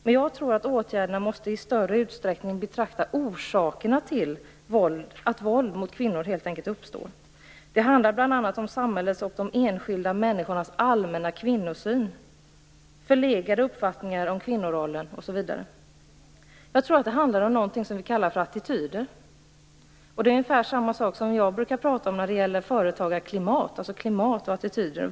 Men jag tror att man i åtgärderna i större utsträckning måste betrakta orsakerna till att våld mot kvinnor uppstår. Det handlar bl.a. om samhällets och de enskilda människornas allmänna kvinnosyn och om förlegade uppfattningar om kvinnorollen. Det handlar om någonting som vi kallar för attityder - ungefär samma sak som jag brukar tala om när det gäller företagarklimat. Men vad är då klimat och attityder?